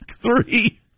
three